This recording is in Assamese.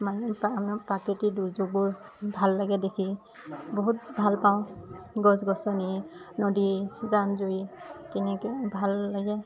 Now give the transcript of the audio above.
মানে প্ৰাকৃতিক দুৰ্যোগবোৰ ভাল লাগে দেখি বহুত ভাল পাওঁ গছ গছনি নদী জান জুৰি তেনেকে ভাল লাগে